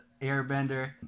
Airbender